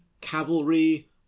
cavalry